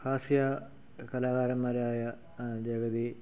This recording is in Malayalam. ഹാസ്യ കലാകാരന്മാരായ ജഗതി